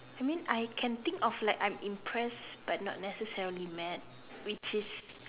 I mean I can think of like I'm impressed but not necessarily mad which is